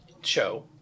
show